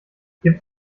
gibt